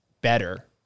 better